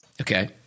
Okay